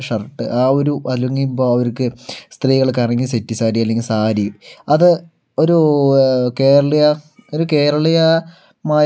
shirt ആ ഒരു അല്ലെങ്കിൽ ഇപ്പോൾ അവര്ക്ക് സ്ത്രീകള്ക്കാണെങ്കിൽ സെറ്റ് സാരി അല്ലെങ്കില് സാരി അത് ഒരു കേരളീയ ഒരു കേരളീയമായ